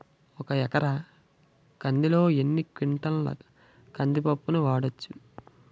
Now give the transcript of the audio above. ఒక ఎకర కందిలో ఎన్ని క్వింటాల కంది పప్పును వాడచ్చు?